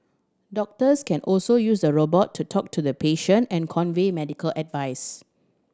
doctors can also use the robot to talk to the patient and convey medical advice